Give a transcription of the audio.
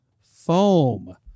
foam